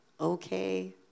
okay